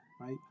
right